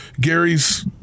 Gary's